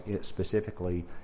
specifically